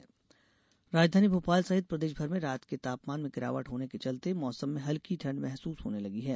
मौसम राजधानी भोपाल सहित प्रदेश भर में रात के तापमान में गिरावट होने के चलते मौसम में हल्की ठंड़ महसूस होने लगी है